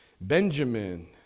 Benjamin